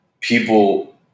people